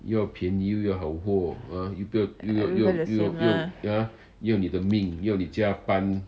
everywhere the same lah